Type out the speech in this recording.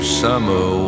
summer